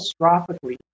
catastrophically